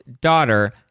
daughter